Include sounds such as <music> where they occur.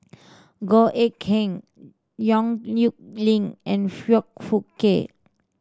Goh Eck Kheng <noise> Yong Nyuk Lin and Foong Fook Kay